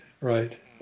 right